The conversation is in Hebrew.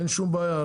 אין שום בעיה.